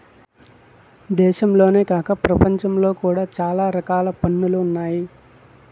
దేశంలోనే కాక ప్రపంచంలో కూడా చాలా రకాల పన్నులు ఉన్నాయి